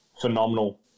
phenomenal